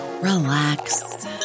relax